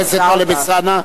תודה רבה.